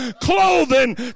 clothing